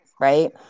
right